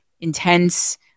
intense